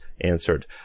answered